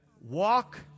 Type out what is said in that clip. walk